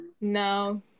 No